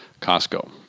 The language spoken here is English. Costco